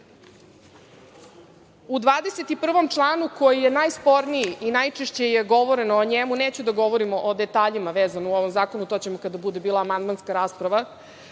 21. članu koji je najsporniji i najčešće je govoreno o njemu… Neću da govorim o detaljima vezano za zakon, to ćemo kada bude bila amandmanska rasprava.